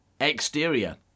Exterior